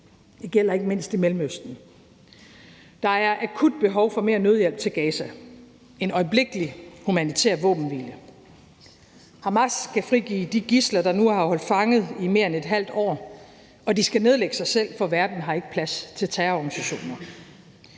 Det gælder ikke mindst i Mellemøsten. Der er akut behov for mere nødhjælp til Gaza og for en øjeblikkelig humanitær våbenhvile. Hamas skal frigive de gidsler, der nu har været holdt fanget i mere end et halvt år, og Hamas skal nedlægge sig selv, for verden har ikke plads til terrororganisationer.